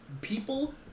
people